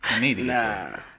Nah